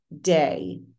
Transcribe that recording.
day